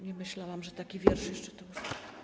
Nie myślałam, że taki wiersz jeszcze tu.